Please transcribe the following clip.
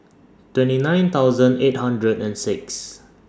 twenty nine thousand eight hundred and six